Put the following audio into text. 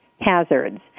hazards